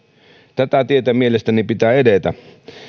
tätä tietä mielestäni pitää edetä